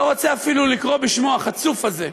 לא רוצה אפילו לקרוא בשמו, החצוף הזה,